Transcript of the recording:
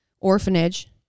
orphanage